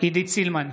עידית סילמן,